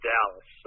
Dallas